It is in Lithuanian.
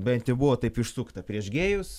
bent jau buvo taip išsukta prieš gėjus